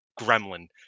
gremlin